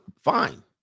fine